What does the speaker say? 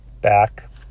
back